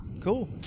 Cool